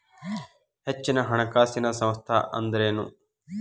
ಹೆಚ್ಚಿನ ಹಣಕಾಸಿನ ಸಂಸ್ಥಾ ಅಂದ್ರೇನು?